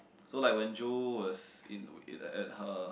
so like when Jo was in at her